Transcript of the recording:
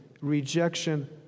rejection